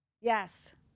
Yes